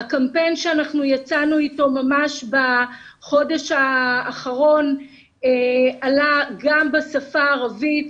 הקמפיין שאנחנו יצאנו איתו ממש בחודש האחרון עלה גם בשפה הערבית,